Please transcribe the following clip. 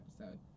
episode